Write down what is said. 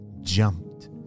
jumped